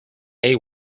hay